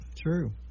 True